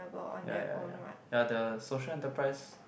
ya ya ya ya the social enterprise